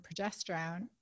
progesterone